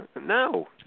No